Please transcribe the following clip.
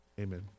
Amen